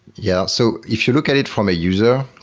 yeah. so if you look at it from a user,